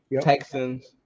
Texans